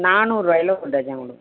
நானூறுபாயில ஒரு டஜன் கொடுங்க